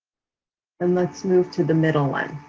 and let's move to the middle one,